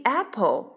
apple